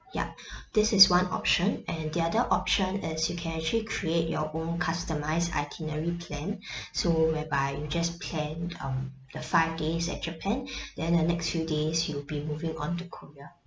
yup this is one option and the other option is you can actually create your own customised itinerary plan so whereby you just plan um the five days at japan then the next few days you'll be moving on to korea